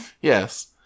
Yes